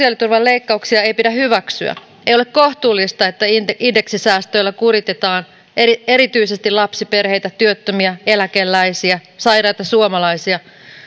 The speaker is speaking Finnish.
sosiaaliturvan leikkauksia ei pidä hyväksyä ei ole kohtuullista että indeksisäästöillä kuritetaan erityisesti lapsiperheitä työttömiä eläkeläisiä ja sairaita suomalaisia